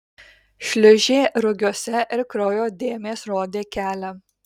šliūžė rugiuose ir kraujo dėmės rodė kelią